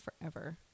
forever